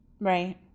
right